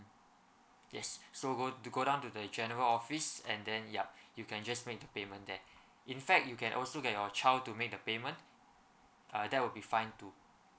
yes so go you go down to the general office and then yup you can just make the payment there in fact you can also get your child to make the payment uh that will be fine too